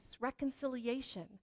reconciliation